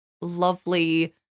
lovely